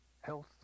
health